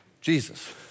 Jesus